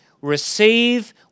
Receive